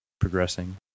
progressing